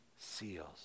seals